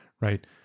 right